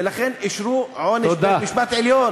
ולכן בית-המשפט העליון